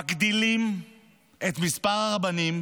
מגדילים את מספר הרבנים